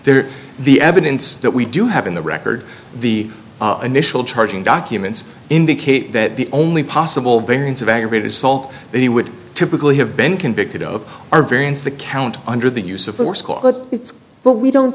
there the evidence that we do have in the record the initial charging documents indicate that the only possible variants of aggravated assault that he would typically have been convicted of are variance the count under the use of force it's what we don't